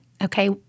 Okay